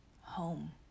home